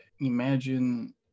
Imagine